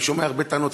אני שומע הרבה טענות.